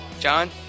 John